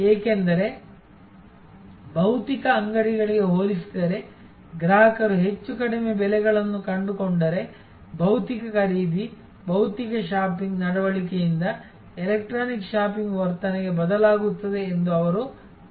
ಏಕೆಂದರೆ ಭೌತಿಕ ಅಂಗಡಿಗಳಿಗೆ ಹೋಲಿಸಿದರೆ ಗ್ರಾಹಕರು ಹೆಚ್ಚು ಕಡಿಮೆ ಬೆಲೆಗಳನ್ನು ಕಂಡುಕೊಂಡರೆ ಭೌತಿಕ ಖರೀದಿ ಭೌತಿಕ ಶಾಪಿಂಗ್ ನಡವಳಿಕೆಯಿಂದ ಎಲೆಕ್ಟ್ರಾನಿಕ್ ಶಾಪಿಂಗ್ ವರ್ತನೆಗೆ ಬದಲಾಗುತ್ತದೆ ಎಂದು ಅವರು ಭಾವಿಸುತ್ತಾರೆ